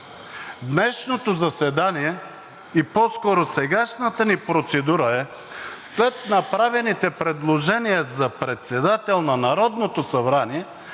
Днешното заседание, и по-скоро сегашната ни процедура, е след направените предложения за председател на Народното събрание